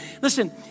Listen